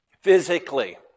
physically